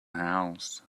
house